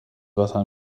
wasser